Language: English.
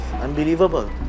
unbelievable